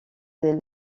des